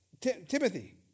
Timothy